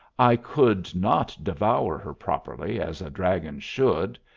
i could not devour her properly as a dragon should.